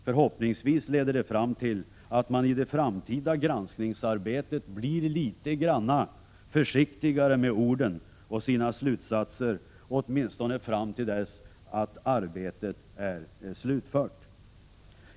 Förhoppningsvis leder det fram till att man i det framtida granskningsarbetet blir något försiktigare med orden och med sina slutsatser, åtminstone fram till dess att arbetet är slutfört.